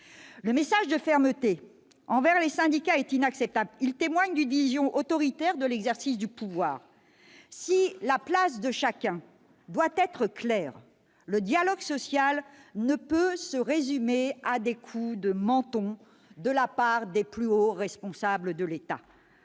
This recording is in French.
Le message de fermeté envers les syndicats est inacceptable. Il témoigne d'une vision autoritaire de l'exercice du pouvoir. Si la place de chacun doit être claire, le dialogue social ne peut se résumer à des coups de menton des plus hauts responsables de l'État.